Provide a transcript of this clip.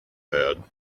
bad